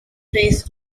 face